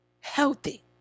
healthy